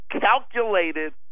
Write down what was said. calculated